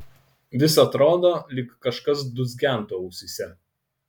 vis atrodo lyg kažkas dūzgentų ausyse